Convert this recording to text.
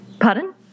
pardon